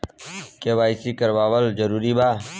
KYC करवावल जरूरी बा?